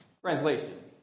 translation